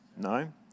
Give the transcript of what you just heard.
No